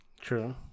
True